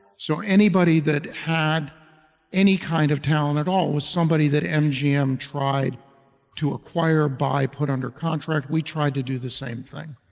so anybody that had any kind of talent at all, was somebody that mgm tried to acquire by put under contract, we tried to do the same thing.